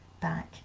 back